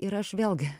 ir aš vėlgi